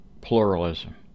pluralism